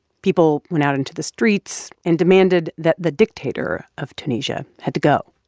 people went out into the streets and demanded that the dictator of tunisia had to go.